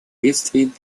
бедствий